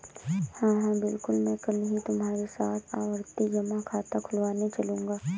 हां हां बिल्कुल मैं कल ही तुम्हारे साथ आवर्ती जमा खाता खुलवाने चलूंगा